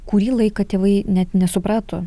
kurį laiką tėvai net nesuprato